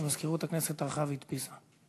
שמזכירות הכנסת ערכה והדפיסה.